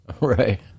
Right